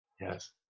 Yes